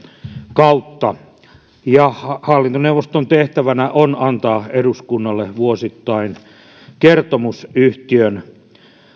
kautta ja hallintoneuvoston tehtävänä on antaa eduskunnalle vuosittain kertomus yhtiön